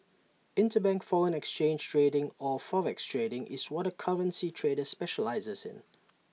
interbank foreign exchange trading or forex trading is what A currency trader specialises in